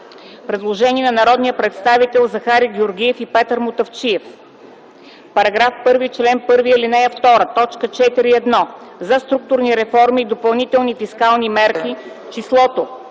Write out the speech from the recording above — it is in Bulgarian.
Предложение на народния представител Захари Георгиев и Петър Мутафчиев. „В § 1, чл. 1, ал. 2, т. 4.1 „- за структурни реформи и допълнителни фискални мерки”, числото